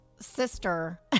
sister